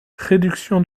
réduction